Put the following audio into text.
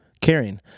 caring